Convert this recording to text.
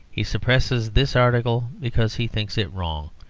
he suppresses this article because he thinks it wrong.